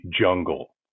jungle